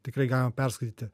tikrai galima perskaityti